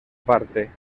parte